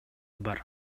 бар